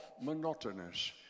monotonous